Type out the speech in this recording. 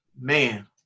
man